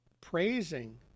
praising